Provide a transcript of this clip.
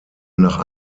nach